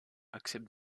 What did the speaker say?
accepte